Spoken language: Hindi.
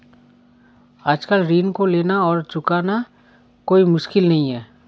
आजकल ऋण को लेना और चुकाना कोई मुश्किल नहीं है